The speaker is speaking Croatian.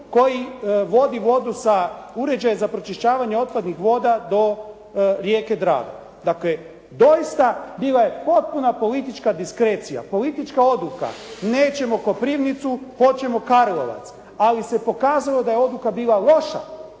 koji vodi vodu sa uređaja za pročišćavanje otpadnih voda do rijeke Drave. Dakle doista bila je potpuna politička diskrecija, politička odluka nećemo Koprivnicu, hoćemo Karlovac. Ali se pokazalo da je odluka bila loša